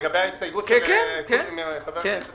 לגבי ההסתייגות של חבר הכנסת